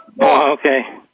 okay